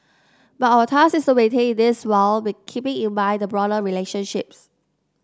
but our task is to maintain this while keeping in mind the broader relationships